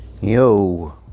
Yo